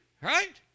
right